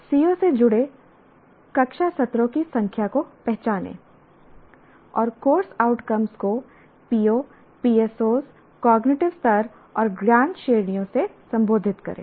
CO से जुड़े कक्षा सत्रों की संख्या को पहचानें और कोर्स आउटकम्स को POs PSOs कॉग्निटिव स्तर और ज्ञान श्रेणियों से संबोधित करें